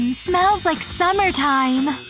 smells like summertime!